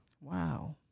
Wow